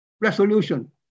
resolution